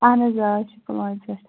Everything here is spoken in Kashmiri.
اَہَن حظ آ أسی چھِ پُلوامہِ پیٚٹھ